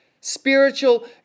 spiritual